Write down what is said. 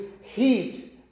heat